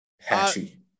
patchy